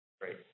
Great